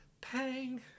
pang